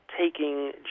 taking